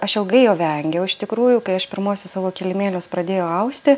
aš ilgai jo vengiau iš tikrųjų kai aš pirmuosius savo kilimėlius pradėjau austi